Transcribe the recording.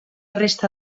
resta